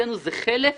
מבחינתו זה חלף